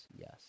yes